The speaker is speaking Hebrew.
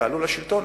תעלו לשלטון,